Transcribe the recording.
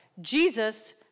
Jesus